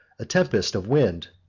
a tempest of wind,